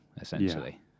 essentially